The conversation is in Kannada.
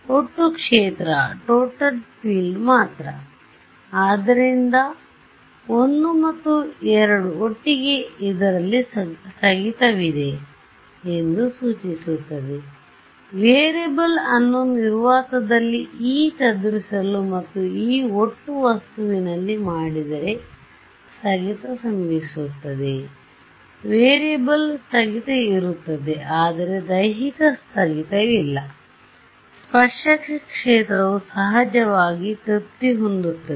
ಒಟ್ಟು ಕ್ಷೇತ್ರಮಾತ್ರ ಆದ್ದರಿಂದI ಮತ್ತು II ಒಟ್ಟಿಗೆ ಇದರಲ್ಲಿ ಸ್ಥಗಿತವಿದೆ ಎಂದು ಸೂಚಿಸುತ್ತದೆ ವೇರಿಯೇಬಲ್ ಅನ್ನು ನಿರ್ವಾತದಲ್ಲಿ E ಚದುರಿಸಲು ಮತ್ತು E ಒಟ್ಟು ವಸ್ತುವಿನಲ್ಲಿ ಮಾಡಿದರೆ ಸ್ಥಗಿತ ಸಂಭವಿಸುತ್ತದೆ ವೇರಿಯೇಬಲ್ ಸ್ಥಗಿತ ಇರುತ್ತದೆ ಆದರೆ ದೈಹಿಕ ಸ್ಥಗಿತವಿಲ್ಲಸ್ಪರ್ಶಕ ಕ್ಷೇತ್ರವು ಸಹಜವಾಗಿ ತೃಪ್ತಿ ಹೊಂದುತ್ತದೆ